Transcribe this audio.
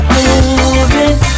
moving